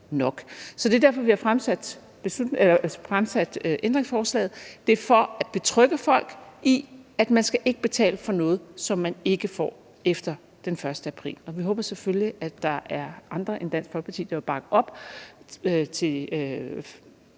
Det er derfor, vi har stillet ændringsforslaget. Det er for at betrygge folk i, at man ikke skal betale for noget, som man ikke får efter den 1. april. Vi håber selvfølgelig, at der er andre end Dansk Folkeparti, der vil bakke op om